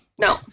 No